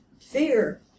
fear